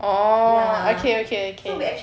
orh okay okay okay